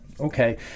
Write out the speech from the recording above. okay